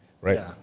right